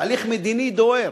תהליך מדיני דוהר,